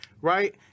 right